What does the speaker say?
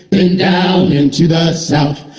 been down into the south.